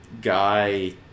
Guy